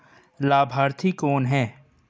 लाभार्थी कौन है?